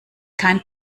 kein